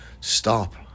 Stop